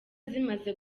zimaze